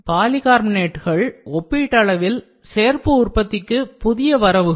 பாலிகார்பனேட்கள் ஒப்பீட்டளவில் சேர்ப்பு உற்பத்திக்கு புதிய வரவுகள்